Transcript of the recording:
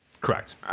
Correct